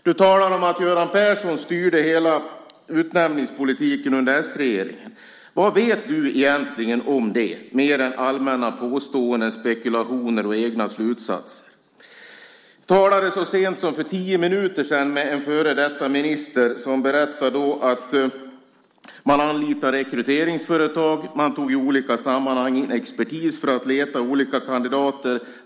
Du talade om att Göran Persson styrde hela utnämningspolitiken under s-regeringen. Vad vet du egentligen om det mer än allmänna påståenden, spekulationer och egna slutsatser? Jag talade så sent som för tio minuter sedan med en före detta minister som berättade att man anlitade rekryteringsföretag och i olika sammanhang tog in expertis för att leta olika kandidater.